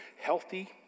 healthy